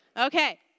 Okay